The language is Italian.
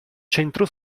centro